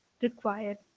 required